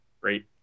great